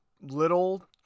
little